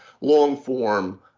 long-form